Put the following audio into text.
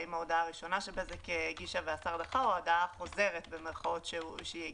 האם ההודעה הראשונה שבזק הגישה והשר דחה או ההודעה החוזרת שהיא הגישה.